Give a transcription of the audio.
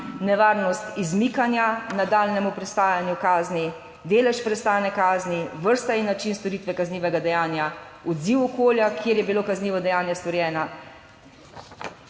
nevarnost izmikanja nadaljnjemu prestajanju kazni, delež prestajanja kazni, vrsta in način storitve kaznivega dejanja, odziv okolja, kjer je bilo kaznivo dejanje storjeno,